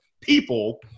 people –